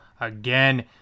again